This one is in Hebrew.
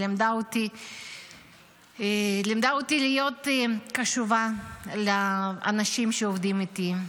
היא לימדה אותי להיות קשובה לאנשים שעובדים איתי,